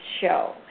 show